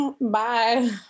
bye